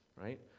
right